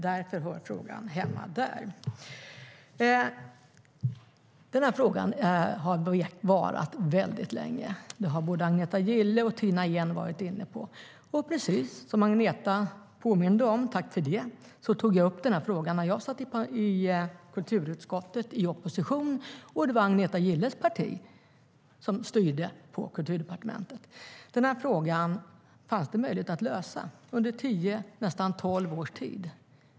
Därför hör frågan hemma där. Den här frågan har varat väldigt länge. Det har både Agneta Gille och Tina Ehn varit inne på. Och precis som Agneta påminde om - tack för det - tog jag upp frågan när jag satt i kulturutskottet i opposition och Agneta Gilles parti styrde på Kulturdepartementet. Det fanns möjlighet att lösa frågan under tio, nästan tolv, års tid.